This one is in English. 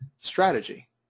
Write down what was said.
strategy